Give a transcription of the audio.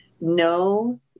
No